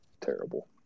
terrible